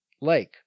lake